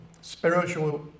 spiritual